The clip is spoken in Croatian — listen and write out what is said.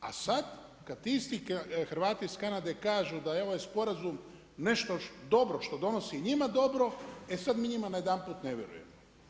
A sad kad ti isti Hrvati iz Kanade kažu da je ovaj sporazum nešto dobro što donosi njima dobro, e sad mi njima najedanput ne vjerujemo.